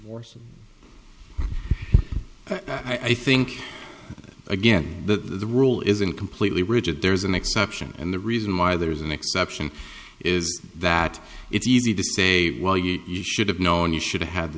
you or so i think again the rule isn't completely rigid there's an exception and the reason why there's an exception is that it's easy to say well you should have known you should have